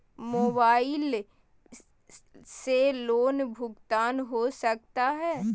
Mobile से loan भुगतान हो सकता है?